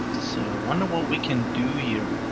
so wonder what we can do here?